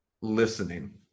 listening